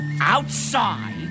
outside